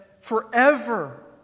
forever